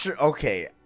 Okay